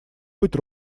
быть